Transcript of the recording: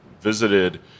visited